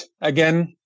again